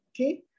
Okay